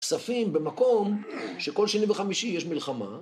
כספים במקום שכל שני וחמישי יש מלחמה